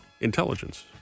intelligence